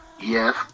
yes